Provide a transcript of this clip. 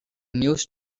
news